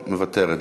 מוותרת.